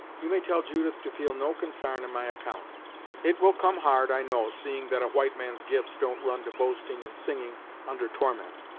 you may tell judith to feel no consarn on my account it will come hard i know, seeing that a white man's gifts don't run to boasting and singing under torment,